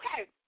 Okay